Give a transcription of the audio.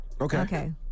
Okay